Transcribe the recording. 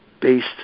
based